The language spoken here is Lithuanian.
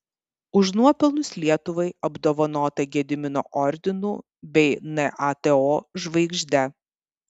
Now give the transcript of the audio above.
už nuopelnus lietuvai apdovanota gedimino ordinu bei nato žvaigžde